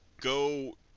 go